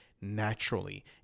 naturally